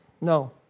no